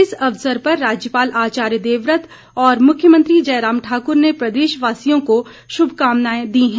इस अवसर पर राज्यपाल आचार्य देवव्रत और मुख्यमंत्री जयराम ठाकर ने प्रदेश वासियों को शुभकामनाएं दी हैं